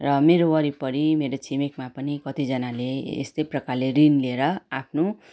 र मेरो वरिपरि मेरो छिमेकमा पनि कतिजनाले यस्तै प्रकारले ऋण लिएर आफ्नो